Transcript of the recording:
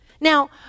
Now